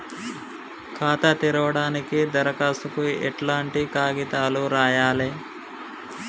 ఖాతా తెరవడానికి దరఖాస్తుకు ఎట్లాంటి కాయితాలు రాయాలే?